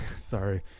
Sorry